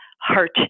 Heart